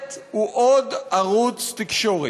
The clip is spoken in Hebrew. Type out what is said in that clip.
הכנסת הוא עוד ערוץ תקשורת,